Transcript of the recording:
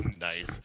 Nice